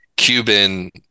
Cuban